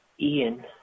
Ian